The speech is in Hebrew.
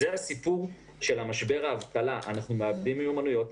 זה הסיפור של משבר האבטלה: אנחנו מאבדים מיומנויות,